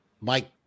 Mike